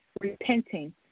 repenting